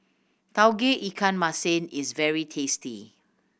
Tauge Ikan Masin is very tasty